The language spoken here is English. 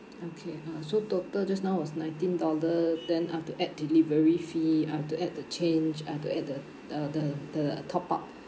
okay uh so total just now was nineteen dollar then I've to add delivery fee I've to add the change I've to add the uh the the top up